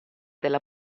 della